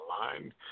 line